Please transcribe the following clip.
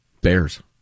Bears